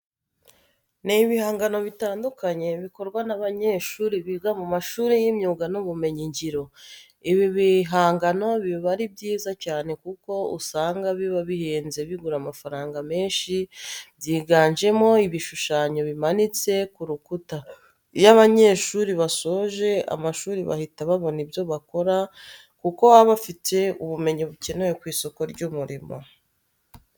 Ni ibihangano bitandukanye bikorwa n'abanyeshuri biga mu mashuri y'imyuga n'ubumenyingiro. Ibi bigangano biba ari byiza cyane kuko usanga biba bihenze bigura amafaranga menshi, byiganjemo ibishushanyo bimanitse ku rukuta. Iyo aba banyeshuri basoje amashuri bahita babona ibyo bakora kuko baba bafite ubumenyi bukenewe ku isoko ry'umurimo.